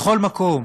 בכל מקום,